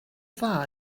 dda